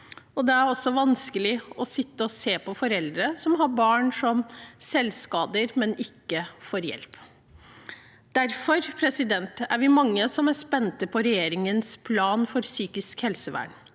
Det er også vanskelig å sitte og se på foreldre som har barn som selvskader, men ikke får hjelp. Derfor er vi mange som er spente på regjeringens plan for psykisk helsevern.